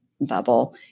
bubble